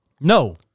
No